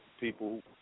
people